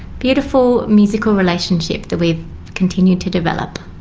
beautiful musical relationship that we've continued to develop.